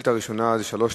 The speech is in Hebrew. השאילתא הראשונה היא מס' 325,